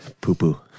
Poo-poo